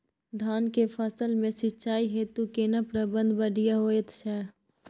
धान के फसल में सिंचाई हेतु केना प्रबंध बढ़िया होयत छै?